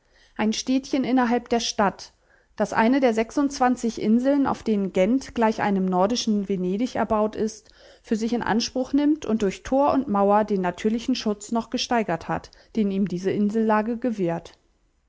ein städtchen innerhalb der stadt das eine der sechsundzwanzig inseln auf denen gent gleich einem nordischen venedig erbaut ist für sich in anspruch nimmt und durch tor und mauer den natürlichen schutz noch gesteigert hat den ihm diese insellage gewährt